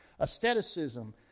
Aestheticism